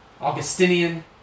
Augustinian